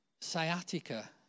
sciatica